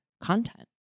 content